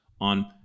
on